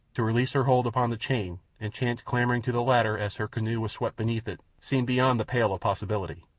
to release her hold upon the chain and chance clambering to the ladder as her canoe was swept beneath it seemed beyond the pale of possibility,